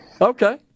Okay